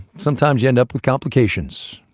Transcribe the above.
sometimes end up with complications.